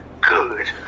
Good